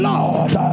Lord